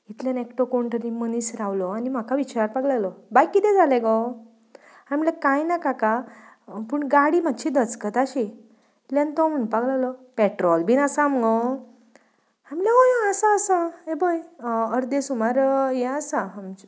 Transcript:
इतल्यान एकटो कोण तरी मनीस रावलो आनी म्हाका विचारपाक लागलो बाय किदें जालें गो हांवें म्हणलें कांय ना काका पूण गाडी मात्शी धचकताशी इतल्यान तो म्हणपाक लागलो पॅट्रॉल बीन आसा मुगो हांवें म्हणलें हय आसा आसा हें पळय अर्दें सुमार हें आसा आमचें